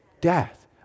death